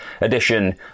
edition